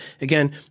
Again